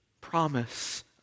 promise